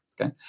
Okay